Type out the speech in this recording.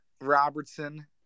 Robertson